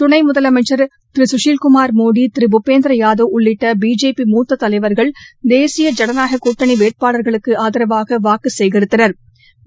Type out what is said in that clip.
துணை முதலமைச்சர் திரு சுசில்குமார் மோடி திரு பூபேந்திர யாதவ் உள்ளிட்ட பிஜேபி மூத்த தலைவா்கள் தேசிய ஜனநாயகக் கூட்டனி வேட்பாளா்களுக்கு ஆதரவாக வாக்கு சேனித்தனா்